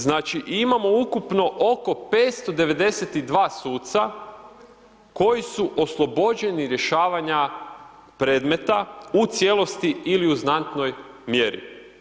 Znači imamo ukupno oko 592 suca koji su oslobođeni rješavanja predmeta u cijelosti ili u znatnoj mjeri.